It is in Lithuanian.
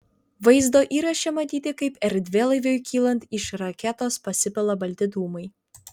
vaizdo įraše matyti kaip erdvėlaiviui kylant iš raketos pasipila balti dūmai